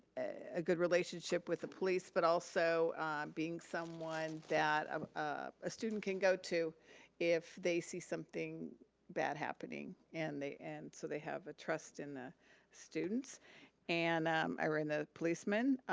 a good relationship with the police but also being someone that um ah a student can go to if they see something bad happening and and so they have a trust in the students and um or in the policemen.